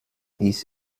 ist